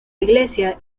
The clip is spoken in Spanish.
iglesia